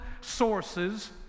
sources